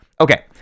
okay